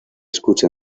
escucha